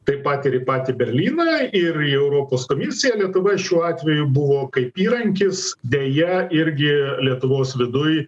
tai pat ir į patį berlyną ir į europos komisiją lietuva šiuo atveju buvo kaip įrankis deja irgi lietuvos viduj